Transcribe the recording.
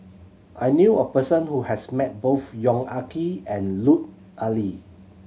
I knew a person who has met both Yong Ah Kee and Lut Ali